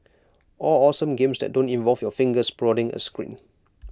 all awesome games that don't involve your fingers prodding A screen